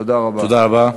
תודה רבה.